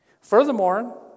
Furthermore